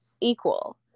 equal